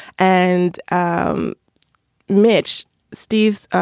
and um mitch steves